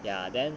ya then